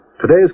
Today's